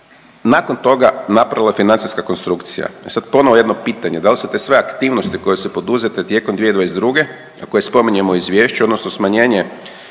nakon toga napravila financijska konstrukcija. E sad ponovo jedno pitanje da li se te sve aktivnosti koje su poduzete tijekom 2022. a koje spominjemo u izvješću odnosno smanjenje